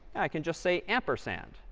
i can just say ampersand.